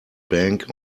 bank